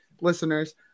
listeners